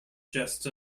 just